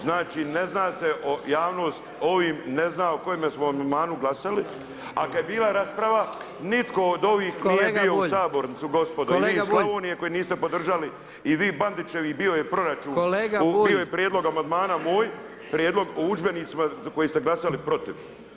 Znači ne zna se javnost, ovim ne zna o kojemu smo amandmanu glasali, a kada je bila rasprava, nitko od ovih nije bio u sabornici gospodo, ni vi iz Slavonije koji niste podržali i vi Bandićevi, bio je proračun u, bio je prijedlog amandmana moj, prijedlog o udžbenicima za koji ste glasali protiv.